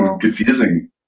confusing